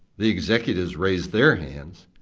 the executives raised their hands,